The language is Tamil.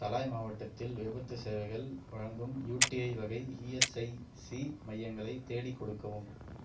தலாய் மாவட்டத்தில் விபத்துச் சேவைகள் வழங்கும் யூடிஐ வகை இஎஸ்ஐசி மையங்களை தேடிக்கொடுக்கவும்